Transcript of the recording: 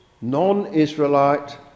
non-Israelite